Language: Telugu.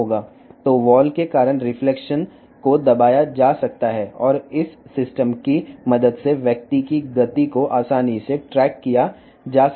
కాబట్టి గోడల వల్ల వచ్చే ప్రతిబింబం అణచివేయబడుతుంది మరియు ఈ వ్యవస్థ సహాయంతో వ్యక్తి యొక్క కదలికను సులభంగా ట్రాక్ చేయవచ్చు